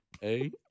Hey